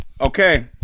Okay